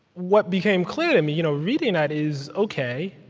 what became clear to me, you know reading that, is ok,